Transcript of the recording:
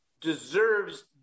deserves